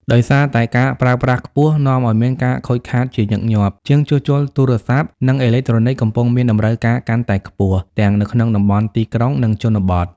ដោយសារតែការប្រើប្រាស់ខ្ពស់ នាំឲ្យមានការខូចខាតជាញឹកញាប់។ ជាងជួសជុលទូរស័ព្ទ និងអេឡិចត្រូនិចកំពុងមានតម្រូវការកាន់តែខ្ពស់ ទាំងនៅតំបន់ទីក្រុង និងជនបទ។